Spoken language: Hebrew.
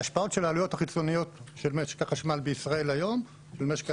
ההשפעות של העלויות החיצוניות של משק החשמל בישראל היום הן